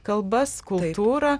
kalbas kultūrą